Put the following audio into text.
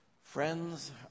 Friends